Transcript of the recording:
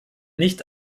nicht